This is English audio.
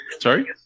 Sorry